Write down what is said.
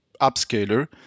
upscaler